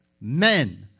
men